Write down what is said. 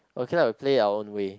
okay lah we play our own way